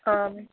हां